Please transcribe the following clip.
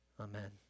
Amen